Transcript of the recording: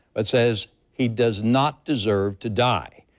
but says he does not deserve to die.